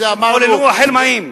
שחוללו החלמאים.